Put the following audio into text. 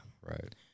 Right